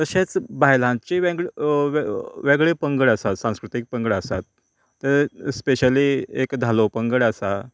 तशेच बायलांची वेंग वेगळे पंगड आसा सांस्कृतीक पंगड आसात स्पेशली एक धालो पंगड आसा